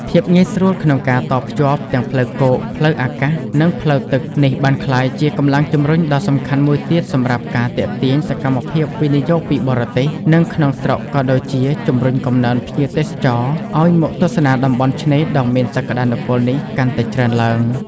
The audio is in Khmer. ភាពងាយស្រួលក្នុងការតភ្ជាប់ទាំងផ្លូវគោក ផ្លូវអាកាស និងផ្លូវទឹកនេះ បានក្លាយជា កម្លាំងជំរុញដ៏សំខាន់មួយទៀត សម្រាប់ការ ទាក់ទាញសកម្មភាពវិនិយោគ ពីបរទេស និងក្នុងស្រុក ក៏ដូចជា ជំរុញកំណើនភ្ញៀវទេសចរ ឲ្យមកទស្សនាតំបន់ឆ្នេរដ៏មានសក្តានុពលនេះកាន់តែច្រើនឡើង។